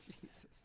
Jesus